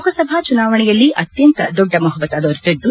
ಲೋಕಸಭಾ ಚುನಾವಣೆಯಲ್ಲಿ ಅತ್ತಂತ ದೊಡ್ಡ ಬಹುಮತ ದೊರೆತಿದ್ದು